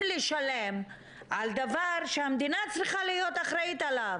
לשלם על דבר שהמדינה צריכה להיות אחראית עליו?